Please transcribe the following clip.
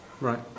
Right